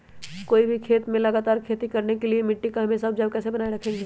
कोई भी खेत में लगातार खेती करने के लिए मिट्टी को हमेसा उपजाऊ कैसे बनाय रखेंगे?